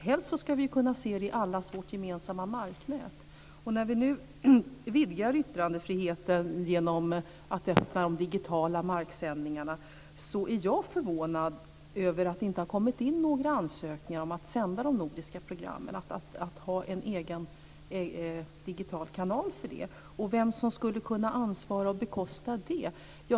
Helst ska man kunna se dem i allas vårt gemensamma marknät. När vi nu vidgar yttrandefriheten genom de digitala marksändningarna är jag förvånad över att det inte har kommit in några ansökningar om att på en egen digital kanal få sända de nordiska programmen. Hur skulle detta kunna bekostas?